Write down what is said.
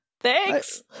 thanks